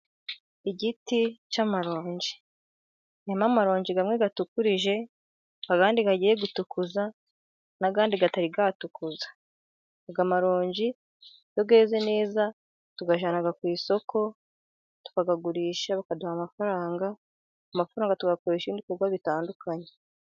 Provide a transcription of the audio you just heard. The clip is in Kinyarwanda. Igiti cy'amaronji harimo amaronji amwe atukurije , andi agiye gutukuza n'andi atari yatukuza . Aya maronji iyo yeze neza tuyajyana ku isoko tukayagurisha bakaduha amafaranga, amafaranga tuyakoresha ibindi bikorwa bitandukanye.